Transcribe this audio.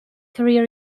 career